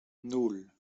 nul